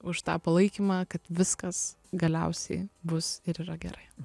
už tą palaikymą kad viskas galiausiai bus ir yra gerai